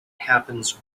happens